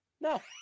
No